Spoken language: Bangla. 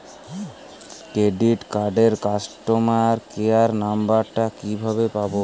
ক্রেডিট কার্ডের কাস্টমার কেয়ার নম্বর টা কিভাবে পাবো?